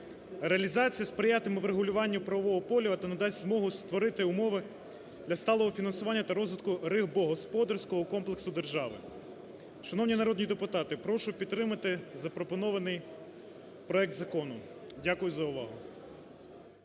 Реалізація сприятиме врегулюванню правового поля та надасть змогу створити умови для сталого фінансування та розвитку рибогосподарського комплексу держави. Шановні народні депутати, прошу підтримати запропонований проект закону. Дякую за увагу.